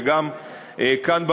וגם כאן,